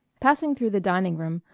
passing through the dining-room,